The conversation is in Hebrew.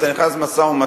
אתה נכנס למשא-ומתן,